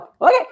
Okay